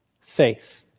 faith